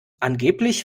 angeblich